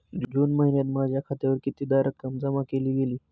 जून महिन्यात माझ्या खात्यावर कितीदा रक्कम जमा केली गेली?